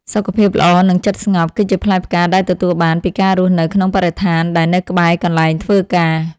សុខភាពល្អ និងចិត្តស្ងប់ គឺជាផ្លែផ្កាដែលទទួលបានពីការរស់នៅក្នុងបរិស្ថានដែលនៅក្បែរកន្លែងធ្វើការ។